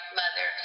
mother